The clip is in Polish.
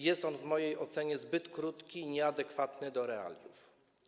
Jest on w mojej ocenie zbyt krótki i nieadekwatny do realiów.